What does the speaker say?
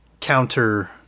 counter